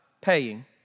paying